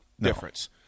difference